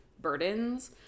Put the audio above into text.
burdens